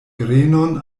grenon